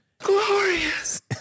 Glorious